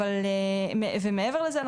מעבר לזה,